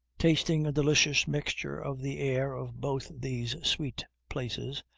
tasting a delicious mixture of the air of both these sweet places,